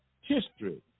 history